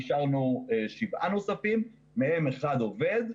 נשארנו עם שבעה נוספים מהם אחד עובד.